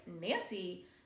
Nancy